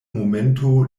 momento